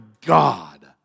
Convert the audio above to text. God